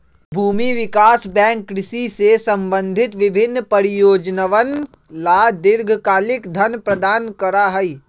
भूमि विकास बैंक कृषि से संबंधित विभिन्न परियोजनअवन ला दीर्घकालिक धन प्रदान करा हई